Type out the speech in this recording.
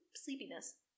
sleepiness